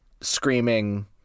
screaming